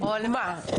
ולפגוע בהם.